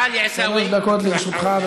שלוש דקות לרשותך.